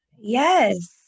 Yes